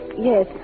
Yes